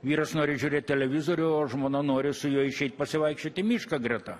vyras nori žiūrėt televizorių o žmona nori su juo išeit pasivaikščiot į mišką greta